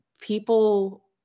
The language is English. people